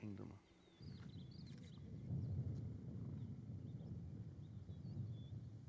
kingdom